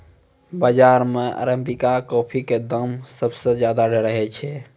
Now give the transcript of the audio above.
बाजार मॅ arabica coffee के दाम सबसॅ ज्यादा रहै छै